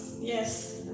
Yes